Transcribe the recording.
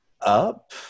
up